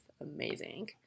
amazing